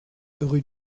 rue